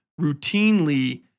routinely